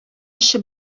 эше